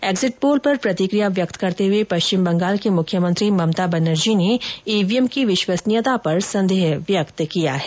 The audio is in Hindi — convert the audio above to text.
एग्जिट पोल पर प्रतिकिया व्यक्त करते हुए पश्चिम बंगाल की मुख्यमंत्री ममता बनर्जी ने ईवीएम की विश्वसनीयता पर संदेह व्यक्त किया है